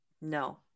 no